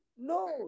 no